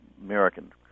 American